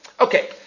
Okay